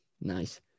Nice